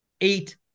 eight